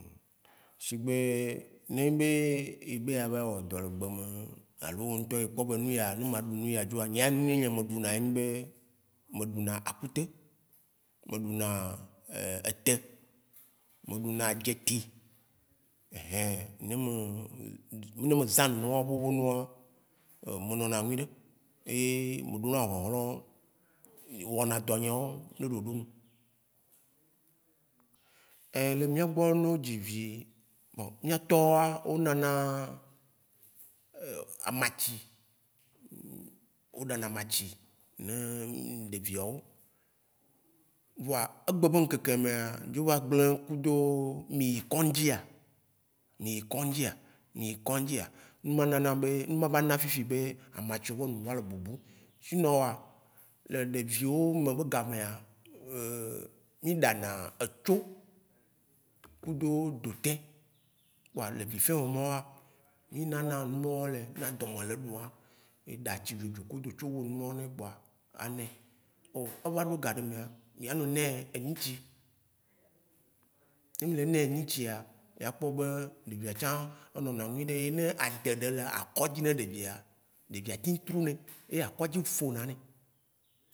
Shigbe ne nyi be ebe ya vayi woɖɔ le gbeme alo wo ŋ'tɔ ekpɔ be nuya, ne ma ɖu nuya droa, nya nuyi nye me ɖuna ye nyi be, me ɖuna akute, me ɖuna e ete, me ɖuna dzetí, ehĩ. Ne me. ne me zã numawo nenema ƒe nuawo, me nɔna nyuiɖe. Eye me ɖona hlõhlõ wɔna dɔ yewo ɖo ɖoɖonu. Ein le miagbɔ ne o dzivi, bon miatɔwoa o nana amatsi o ɖana amatsi ne ɖeviawo. Vɔa egbe be Ŋkekemea dzo va gble kudo mi yi kɔ̃dzia, mi yi kɔ̃dzia, mi yi kɔ̃ndzia. Numa nana be, numa va na fifi be, amatsiwo be nu va le bubu, shinɔ̃oa, le ɖeviwome be gamea, euh, mi ɖana etso kudo dotɛ kpoa, le vifɛmɛ mawoa, mi nana numawo le, ne aɖɔme le ɖuwoa. Eɖa tsi zozo kudo tso wo numawo nɛ kpoa, a nɛ. O eva ɖo gaɖe mea mia nɔ nɛ enyitsi. ne mi le nɛ enyitsia, mia kpɔ be ɖevia tsã, e nɔna nyuiɖe. Eye ne ade ɖe le akɔ̃dzi ne ɖevia, ɖevia teŋ trunɛ ye akɔdzi fona nɛ.